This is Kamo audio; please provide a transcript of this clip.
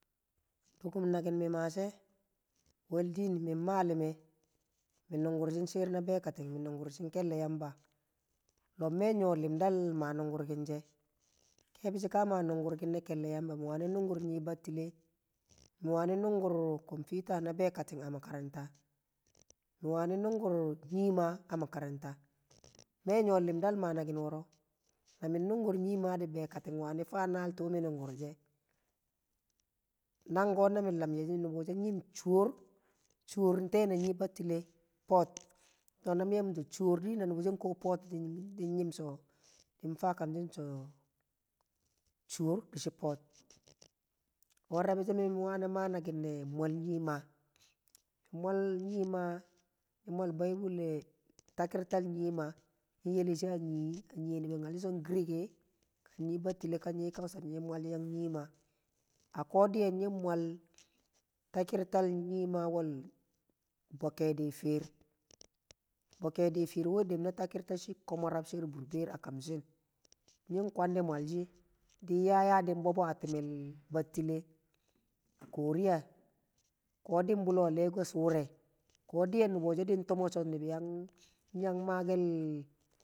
Dukum nakin mi maashe wal diin min malume mi nuggurshing shir na bekatir mi nungurshing kelle yamba lob me nyo limdal ma nungurki she kebshi ka ma nugurkin le kelle yamba, mi wani nugur nyi battite, mi wani nugur bita na bekatu a makaranta mi wai nugur nyi mah a makaranta me nyo limdal ma nakin woro na min nungur nyi mah di bekatin wani faa nal tuu mi nugurshe nanko na mi lamshi nubu she nyim chuwor chuwor ntee na nyi battile pot ta na min ye miso chuwor du nubu she din nyim so di shi pot wal rabe she mi wani maa nakin ne mwal nyi mah, mwal nyi mah mwai bible takirtal nyi mah nyi yelle shi a nyiye wu nyalshi so greek nyi battile ka nyi kausa di nyi mwai a nyi mah a ko diyen nying mwal takirtal nyi mah wal bokkedi fiir bokkedi fiir wena takirta shi komo rab na burber a kamshin nying, kwadi mwal shi dinya ya diu boba a timel battile a korea ko din bullo a lagos wure, ko niyen nubu she ntumo nyi nye magal.